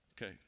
Okay